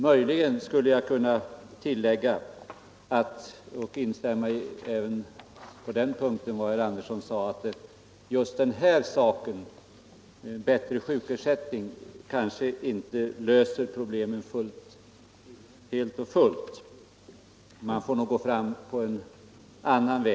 Möjligen skulle jag kunna tillägga —- även på den punkten med instämmande i lösa problemen helt och fullt. Man får nog gå fram på en annan väg.